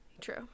True